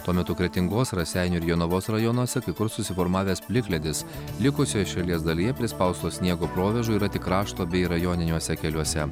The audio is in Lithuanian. tuo metu kretingos raseinių ir jonavos rajonuose kai kur susiformavęs plikledis likusioje šalies dalyje prispausto sniego provėžų yra tik krašto bei rajoniniuose keliuose